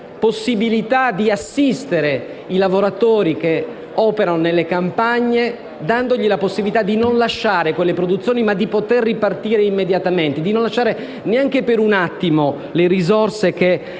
interventi per assistere i lavoratori che operano nelle campagne, dando loro la possibilità di non lasciare le produzioni, ma di ripartire subito, di non lasciare neanche per un attimo le risorse a